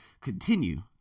continue